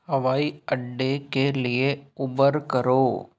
हवाई अड्डे के लिए उबर करो